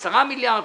10 מיליארד,